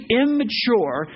immature